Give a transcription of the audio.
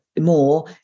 more